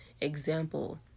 example